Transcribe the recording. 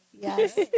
Yes